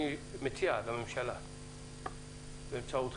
אני מציע לממשלה באמצעותכם